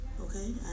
okay